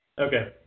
Okay